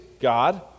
God